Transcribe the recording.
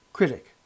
Critic